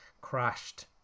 crashed